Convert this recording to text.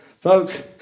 Folks